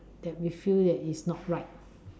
that we feel that is not right